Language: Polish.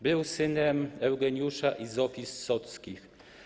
Był synem Eugeniusza i Zofii z Sockich.